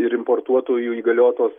ir importuotojų įgaliotos